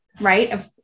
right